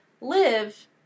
live